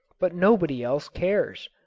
but nobody else cares.